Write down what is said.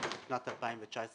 בשנת 2019 ואילך,